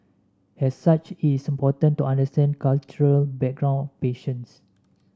as such is important to understand cultural background of patients